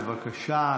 בבקשה,